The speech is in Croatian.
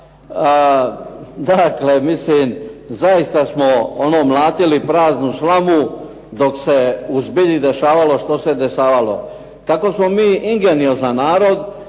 Dakle, mislim zaista smo ono mlatili praznu slamu dok se u zbilji dešavalo što se dešavalo. Kako smo mi ingeniozan narod